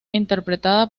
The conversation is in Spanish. interpretada